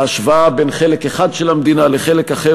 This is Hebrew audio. ההשוואה בין חלק אחד של המדינה לחלק אחר,